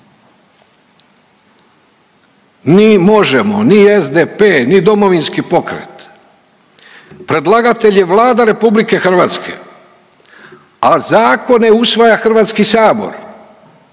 ni Možemo!, ni SDP, ni Domovinski pokret, predlagatelj je Vlada RH, a zakone usvaja Hrvatski sabor,